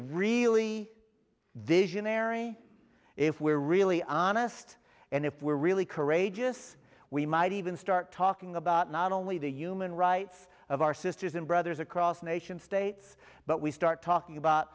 really this is an airy if we're really honest and if we're really courageous we might even start talking about not only the human rights of our sisters and brothers across the nation states but we start talking about